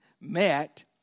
met